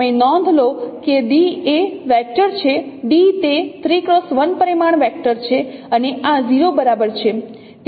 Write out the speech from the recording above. તમે નોંધ લો કે d એ વેક્ટર છે d તે 3 x 1 પરિમાણ વેક્ટર છે અને આ 0 બરાબર છે